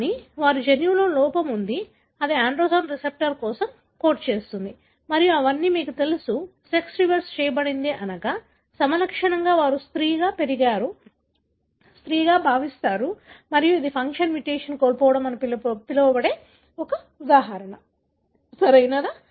కానీ వారి జన్యువులో లోపం ఉంది అది ఆండ్రోజెన్ రిసెప్టర్ కోసం కోడ్ చేస్తుంది మరియు అవన్నీ మీకు తెలుసు సెక్స్ రివర్స్ చేయబడింది అనగా సమలక్షణంగా వారు స్త్రీ వారు స్త్రీగా పెరిగారు వారు స్త్రీలాగా భావిస్తారు మరియు ఇది ఫంక్షన్ మ్యుటేషన్ కోల్పోవడం అని పిలవబడే ఒక ఉదాహరణ సరియైనదా